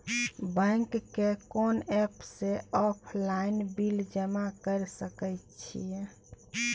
Bank के कोन app से ऑनलाइन बिल जमा कर सके छिए?